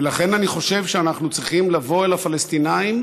ולכן אני חושב שאנחנו צריכים לבוא אל הפלסטינים